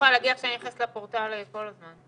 יכולה להגיד לך שאני נכנסת לפורטל כל הזמן,